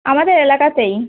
আমাদের এলাকাতেই